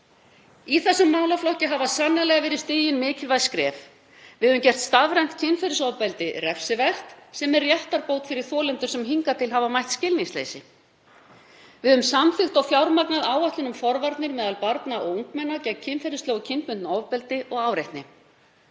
Í þessum málaflokki hafa verið stigin mikilvæg skref. Við höfum gert stafrænt kynferðisofbeldi refsivert, sem er réttarbót fyrir þolendur sem hafa hingað til mætt skilningsleysi. Við höfum samþykkt og fjármagnað áætlun um forvarnir meðal barna og ungmenna gegn kynferðislegu og kynbundnu ofbeldi og áreitni.